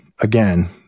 again